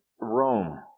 Rome